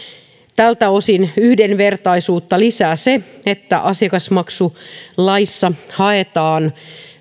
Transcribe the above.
tältä osin yhdenvertaisuutta lisää se että asiakasmaksulaissa haetaan